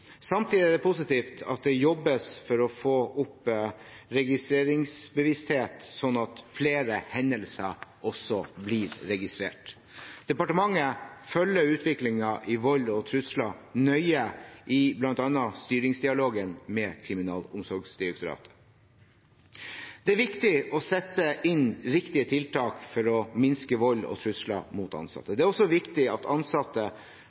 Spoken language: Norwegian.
Samtidig er det positivt at det jobbes for å få opp registreringsbevissthet, slik at flere hendelser også blir registrert. Departementet følger utviklingen i vold og trusler nøye, bl.a. i styringsdialogen med Kriminalomsorgsdirektoratet. Det er viktig å sette inn riktige tiltak for å minske vold og trusler mot ansatte. Det er også viktig at ansatte